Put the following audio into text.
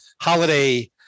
holiday